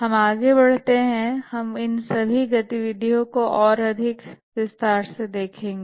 हम आगे बढ़ते हैं हम इन सभी गतिविधियों को और अधिक विस्तार से देखेंगे